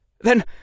then